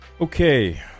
Okay